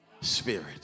spirit